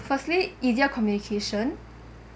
firstly easier communication